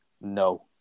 no